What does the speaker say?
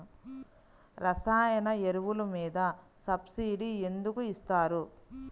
రసాయన ఎరువులు మీద సబ్సిడీ ఎందుకు ఇస్తారు?